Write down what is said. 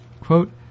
Quote